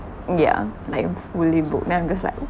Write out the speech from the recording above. yeah like um fully booked then I'm just like oo